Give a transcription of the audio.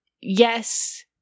yes